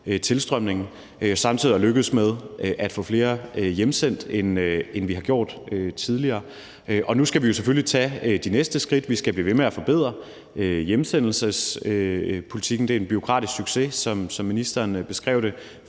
tilstrømningen. Samtidig er vi lykkedes med at få flere hjemsendt, end man gjorde tidligere. Nu skal vi jo selvfølgelig tage de næste skridt. Vi skal blive ved med at forbedre hjemsendelsespolitikken. Det er en bureaukratisk succes, som ministeren beskrev det.